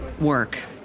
work